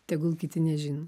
tegul kiti nežino